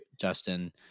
Justin